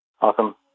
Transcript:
Awesome